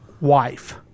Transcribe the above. wife